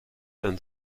and